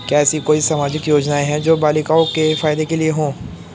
क्या ऐसी कोई सामाजिक योजनाएँ हैं जो बालिकाओं के फ़ायदे के लिए हों?